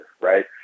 right